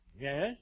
Yes